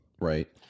right